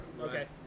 okay